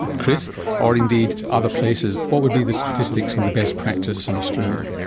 chris or indeed other places, what would be the statistics in the best practice in australia?